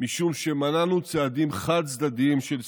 משום שמנענו צעדים חד-צדדיים של סיפוח.